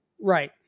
right